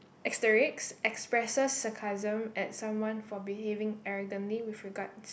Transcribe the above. asterisk expresses sarcasm at someone for behaving arrogantly with regards